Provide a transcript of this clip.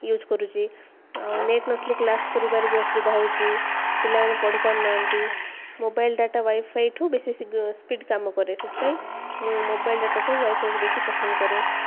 use କରୁଛି ଆଉ net ନଥିଲେ କ୍ଲାସ୍ କରିବାରେ ବି ଅସୁବିଧା ହେଉଛି ପିଲାମାନେ ପଢ଼ି ପାରୁନାହାନ୍ତି ମୋବାଇଲ୍ ଡ଼ାଟା ୱାଇଫାଇଠୁ ବେଶୀ ଶୀଘ୍ର ସ୍ପିଡ଼୍ କାମ କରେ ସେଥିପାଇଁ ମୁଁ ମୋବାଇଲ୍ ଡ଼ାଟାଠୁ ୱାଇଫାଇକୁ ବେଶୀ ପସନ୍ଦ କରେ